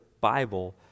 bible